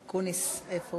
איפה